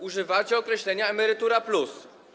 Używacie określenia „Emerytura+”